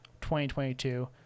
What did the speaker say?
2022